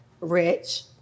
rich